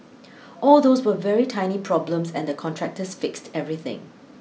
all those were very tiny problems and the contractors fixed everything